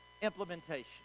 implementation